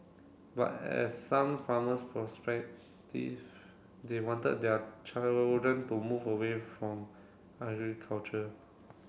but as some farmers they wanted their children to move away from agriculture